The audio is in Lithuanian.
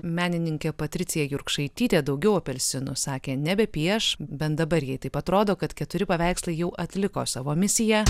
menininkė patricija jurkšaitytė daugiau apelsinų sakė nebepieš bent dabar jai taip atrodo kad keturi paveikslai jau atliko savo misiją